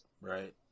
right